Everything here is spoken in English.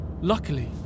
Luckily